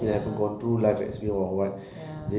ya ya